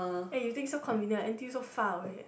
eh you think so convenient ah N_T_U so far away eh